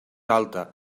alta